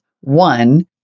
One